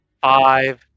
Five